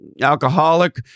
Alcoholic